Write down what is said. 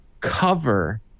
cover